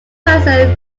person